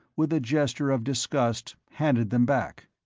with a gesture of disgust, handed them back.